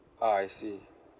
ah I see